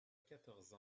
quatorze